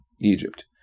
Egypt